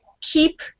keep